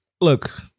look